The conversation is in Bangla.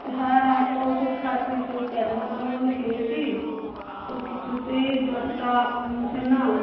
হ্যাঁ একটা ওষুধ খাচ্ছি সেই প্যারাসিটামল খেয়েছি তো কিছুতেই জ্বরটা কমছে না